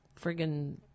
friggin